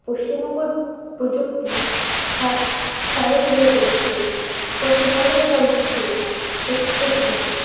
পশ্চিমবঙ্গের প্রযুক্তি খাত চ্যালেঞ্জ হয়ে পড়েছে প্রতিবন্ধকতা দিচ্ছে প্রত্যেকদিন